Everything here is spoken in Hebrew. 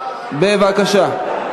בבקשה.